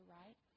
right